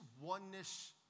oneness